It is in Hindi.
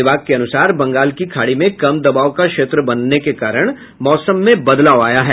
विभाग के अनुसार बंगाल की खाड़ी में कम दबाव का क्षेत्र बनने के कारण मौसम में बदलाव आया है